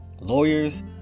Lawyers